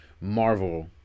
Marvel